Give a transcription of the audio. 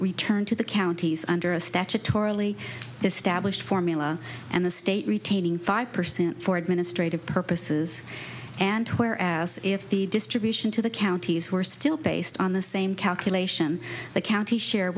returned to the counties under a statutorily the stablished formula and the state retaining five percent for administrative purposes and where as if the distribution to the counties were still based on the same calculation the county share